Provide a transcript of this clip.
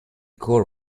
core